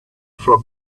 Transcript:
from